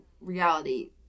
reality